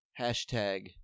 Hashtag